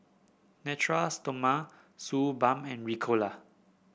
Natura Stoma Suu Balm and Ricola